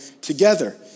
together